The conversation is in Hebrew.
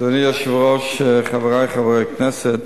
אדוני היושב-ראש, חברי חברי הכנסת,